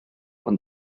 ond